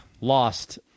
lost